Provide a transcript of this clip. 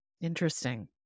Interesting